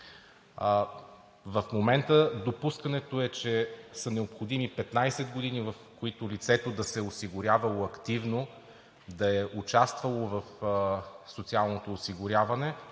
В момента допускането е, че са необходими 15 години, в които лицето да се е осигурявало активно, да е участвало в социалното осигуряване,